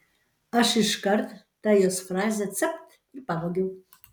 aš iškart tą jos frazę capt ir pavogiau